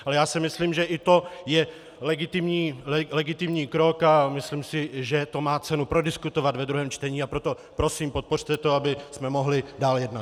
Ale já si myslím, že i to je legitimní krok, a myslím si, že to má cenu prodiskutovat ve druhém čtení, a proto prosím, podpořte to, abychom mohli dále jednat.